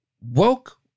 woke